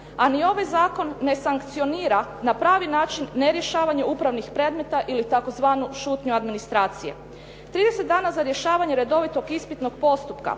a ni ovaj zakon ne sankcionira, na pravi način ne rješavanje upravnih predmeta ili tzv. šutnju administracije. 30 dana za rješavanje redovitog ispitnog postupka